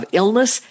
illness